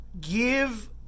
give